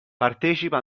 partecipa